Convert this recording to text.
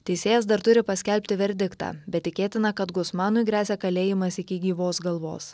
teisėjas dar turi paskelbti verdiktą bet tikėtina kad gusmanui gresia kalėjimas iki gyvos galvos